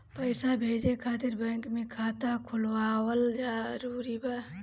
पईसा भेजे खातिर बैंक मे खाता खुलवाअल जरूरी बा?